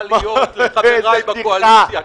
ממש בדיחה.